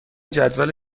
جدول